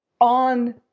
on